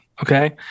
okay